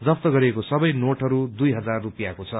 जझ्त गरिएको सबै नोटहरू दुइ हजार रुपियाँको छ